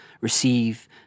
receive